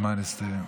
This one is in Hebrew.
הזמן הסתיים,